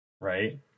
Right